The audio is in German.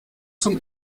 zum